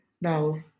no